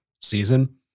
season